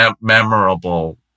memorable